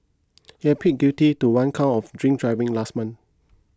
he had pleaded guilty to one count of drink driving last month